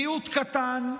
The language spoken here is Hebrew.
מיעוט קטן,